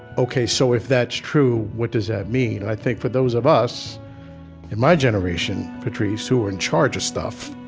ok, so if that's true, what does that mean? i think for those of us in my generation, patrisse, who are in charge of stuff,